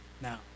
Now